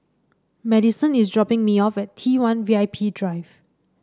Madisen is dropping me off at T one V I P Drive